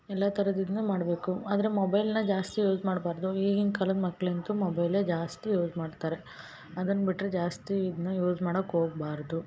ಎಲ್ಲಾ ಥರದ್ ಇದ್ನು ಮಾಡಬೇಕು ಆದರೆ ಮೊಬೈಲ್ನ ಜಾಸ್ತಿ ಯೂಸ್ ಮಾಡ್ಬಾರದು ಈಗಿನ ಕಾಲದ ಮಕ್ಳು ಅಂತು ಮೊಬೈಲೆ ಜಾಸ್ತಿ ಯೂಸ್ ಮಾಡ್ತಾರೆ ಅದನ್ನ ಬಿಟ್ಟರೆ ಜಾಸ್ತಿ ಇದನ್ನ ಯೂಸ್ ಮಾಡಕ್ಕೆ ಹೋಗ್ಬಾರ್ದು